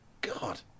God